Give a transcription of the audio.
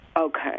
Okay